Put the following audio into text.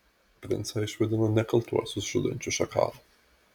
princą išvadino nekaltuosius žudančiu šakalu